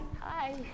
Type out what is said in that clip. Hi